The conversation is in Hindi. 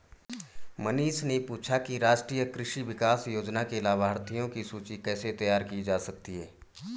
मनीष ने पूछा कि राष्ट्रीय कृषि विकास योजना के लाभाथियों की सूची कैसे तैयार की जा सकती है